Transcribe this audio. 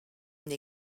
une